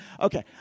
Okay